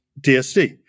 DSD